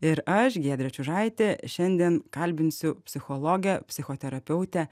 ir aš giedrė čiužaitė šiandien kalbinsiu psichologę psichoterapeutę